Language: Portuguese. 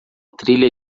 trilha